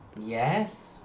yes